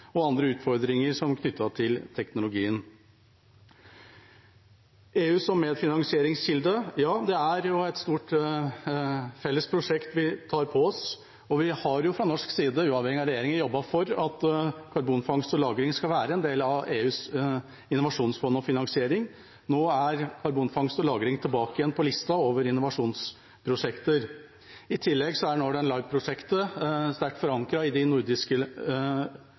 og andre utfordringer knyttet til teknologien. Når det gjelder EU som medfinansieringskilde: Ja, det er et stort felles prosjekt vi tar på oss, og vi har fra norsk side, uavhengig av regjeringer, jobbet for at karbonfangst og -lagring skal være en del av EUs innovasjonsfond og finansiering. Nå er karbonfangst og -lagring tilbake på lista over innovasjonsprosjekter. I tillegg er Northern Lights-prosjektet sterkt forankret også i de andre nordiske